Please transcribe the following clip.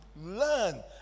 learn